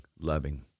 loving